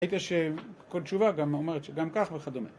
ראית שכל תשובה גם אומרת שגם כך וכדומה.